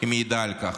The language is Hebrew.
מעידה על כך.